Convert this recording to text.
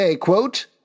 quote